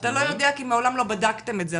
אתה לא יודע כי מעולם לא בדקתם את זה,